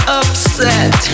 upset